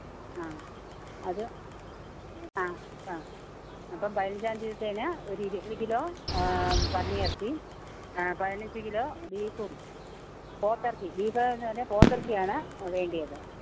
ആ അത് ആ ആ അപ്പം പയിനഞ്ചാം തീയതിയെത്തേന് ഒരു ഇരുപത് കിലോ പന്നി ഇറച്ചി പതിനഞ്ച് കിലോ ബീഫും പോത്തെറച്ചി ബീഫ്ന്ന് പറഞ്ഞാൽ പോത്തെറച്ചിയാണ് വേണ്ടിയത്